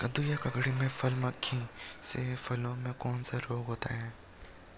कद्दू या ककड़ी में फल मक्खी से फलों में कौन सा रोग होता है?